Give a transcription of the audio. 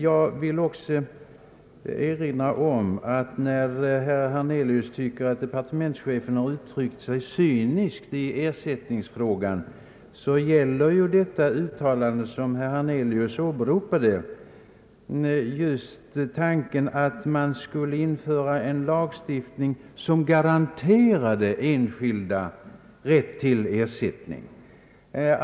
Jag vill också erinra om att när herr Hernelius tycker att departementschefen uttryckt sig cyniskt i ersättningsfrågan så gäller det uttalande herr Hernelius åberopade just tanken att man skulle införa en lagstiftning som garanterade enskilda rätt till ersättning.